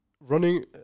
Running